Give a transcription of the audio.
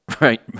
right